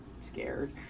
scared